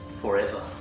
Forever